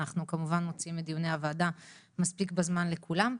אנחנו כמובן מוציאים את דיוני הוועדה מספיק בזמן לכולם.